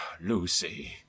Lucy